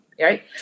right